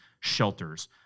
shelters